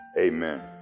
Amen